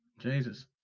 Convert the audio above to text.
jesus